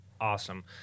awesome